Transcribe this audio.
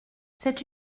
c’est